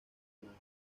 ganado